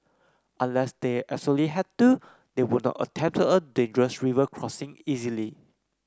unless they absolutely had to they would not attempt a dangerous river crossing easily